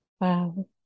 Wow